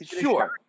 Sure